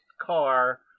car